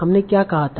हमने क्या कहा था